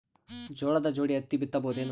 ಜೋಳದ ಜೋಡಿ ಹತ್ತಿ ಬಿತ್ತ ಬಹುದೇನು?